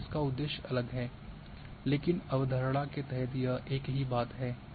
वहाँ इसका उद्देश्य अलग है लेकिन अवधारणा के तहत यह एक ही बात है